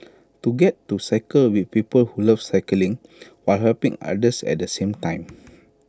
to get to cycle with people who love cycling while helping others at the same time